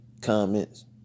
comments